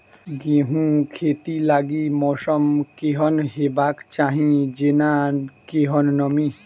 गेंहूँ खेती लागि मौसम केहन हेबाक चाहि जेना केहन नमी?